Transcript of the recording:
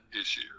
issue